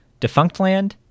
Defunctland